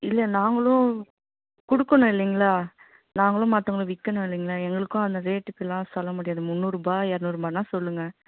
இல்லை நாங்களும் கொடுக்கணும் இல்லைங்களா நாங்களும் மற்றவங்களுக்கு விற்கணும் இல்லைங்களா எங்களுக்கும் அந்த ரேட்டுக்கெலாம் சொல்ல முடியாது முந்நூறுரூபா இரநூறுபானா சொல்லுங்கள்